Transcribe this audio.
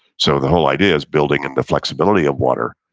so the whole idea is building in the flexibility of water,